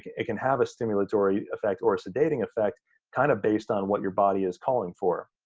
it can have a stimulatory effect or a sedating effect kind of based on what your body is calling for.